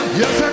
yes